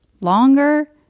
longer